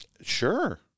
Sure